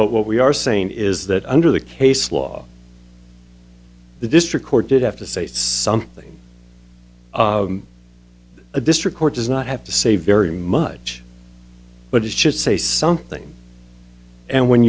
but what we are saying is that under the case law the district court did have to say something a district court does not have to say very much but it should say something and when